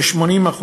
כ-80%,